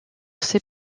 ses